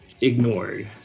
ignored